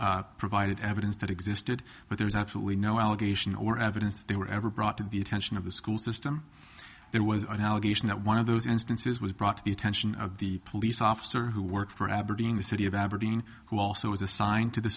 appellant provided evidence that existed but there is absolutely no allegation or evidence that they were ever brought to the attention of the school system there was an allegation that one of those instances was brought to the attention of the police officer who worked for aberdeen in the city of aberdeen who also was assigned to the